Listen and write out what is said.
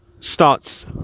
starts